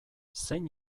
zein